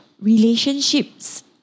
relationships